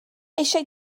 eisiau